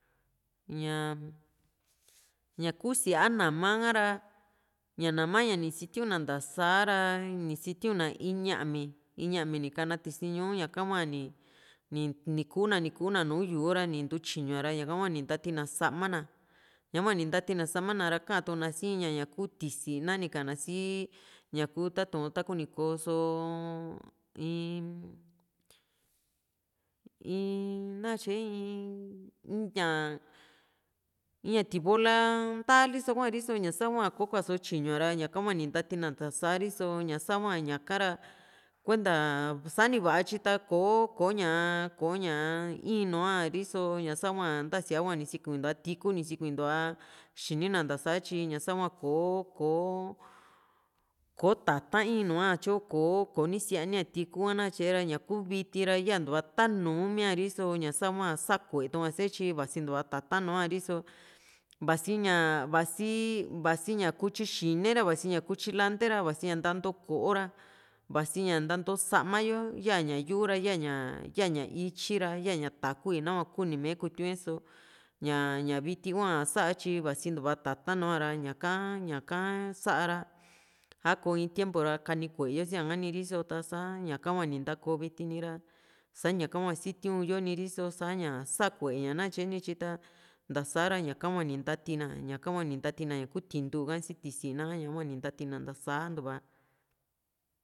ñaa ña kuu síaa nama ka ra ñaa nama ña ni sitiuna nta saa ra ni sitiu´n na in ña´mi in ña´mi ni kana tisi´n ñuu ñaka hua ni ni nikuuna ni kuna nùù yu´u ra ni ntu tyiñu a ra ñaka hua ni ntakate na sama na ñaka hua ni ntate na sama na ra katuuna sii in ña ña kuu tísina ni ka´an na sii ñaku tatu´n ku ni ko´soo in in nakatye in iñaa i´a tivola ndaa liso hua ri´so só ña sa´a hua kokuaso tyiñua ra ñaka ni ntatena ntasaa ri´so ña sa´hua ña ka´ra kuenta sani va´a tyi ta kò´o ko ´ña ko´ñaa in nua ri´so ña sahua ntasia hua ni sikuintuva tiku ni sikuintuva xini na nta´saa tyi ña sahua ko ko kò´o tata´n in nua tyu ko koni sia´nia tiku´ha na katye ra ñakuu viti ra yantua tanuumia ri´so ña sahua sa ku´e tua´si yo tyi vasintua tata´n nuari so vasi ña vasi ña sii vasi ña kutyi xine ra vasia kutyi lantae ra vasia nnato ko´o ra vasi ña nantoo sama yo yaña yuu ra yaña ya´ña ityi ra ya´ña takui nahua kuni me kutiue so ña ña viti hua satyi vasintua tata´n nuara ña´ka ña´ka sa´ra sako in tiempo ra kani ku´e yo sia´ri so ta´sa ñaka hua ni ntako viti ra sa ñaka hua sitiun yo ni riso ta´sa ña sa´a ku´eña nakatye nityi ta ntasa ra ñaka hua ni natii nañaka hua ni n tatena ña kuu tinduu si tisina ññaka hua ni natiina ntasantuva